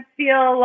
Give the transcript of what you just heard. feel